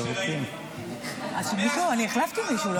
קרעי יעביר לו את זה אחר כך.